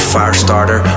Firestarter